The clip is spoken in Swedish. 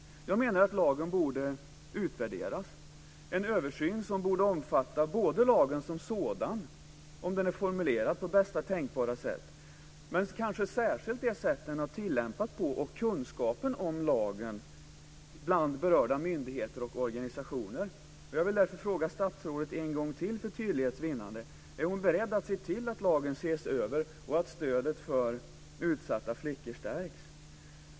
Jag menar att lagen borde utvärderas, en översyn som borde omfatta lagen som sådan, om den är formulerad på bästa tänkbara sätt, men kanske särskilt det sätt som den har tillämpats på och kunskapen om lagen bland berörda myndigheter och organisationer. Jag vill därför fråga statsrådet en gång till för tydlighets vinnande om hon är beredd att se till att lagen ses över och att stödet för utsatta flickor stärks.